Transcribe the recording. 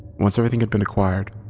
once everything had been acquired,